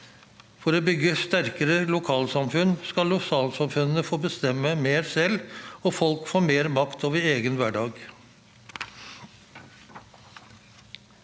For å bygge sterkere lokalsamfunn skal lokalsamfunnene få bestemme mer selv og folk få mer makt over egen hverdag.